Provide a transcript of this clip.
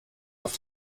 auf